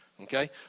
Okay